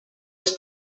els